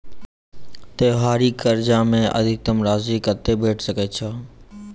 त्योहारी कर्जा मे अधिकतम राशि कत्ते भेट सकय छई?